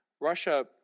Russia